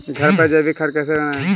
घर पर जैविक खाद कैसे बनाएँ?